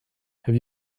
have